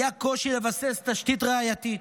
היה קושי לבסס תשתית ראייתית.